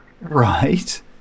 Right